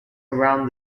around